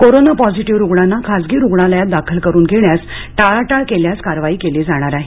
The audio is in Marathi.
कोरोना पाँझिटीव्ह रुग्णांना खासगी रुग्णालयात दाखल करून घेण्यास टाळाटाळ केल्यास कारवाई केली जाणार आहे